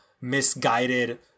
misguided